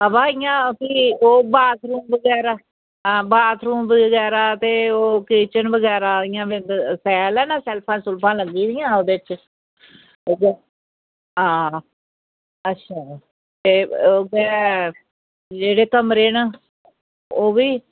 बाऽ इंया भी ओह् बाथरूम बगैरा ओह् बाथरूम बगैरा ते किचन बगैरा इंया शैल ऐ ना शेल्फां लग्गी दियां ओह्दे च आं अच्छा ते उऐ ते जेह्ड़े कमरे न ओह्बी